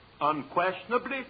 unquestionably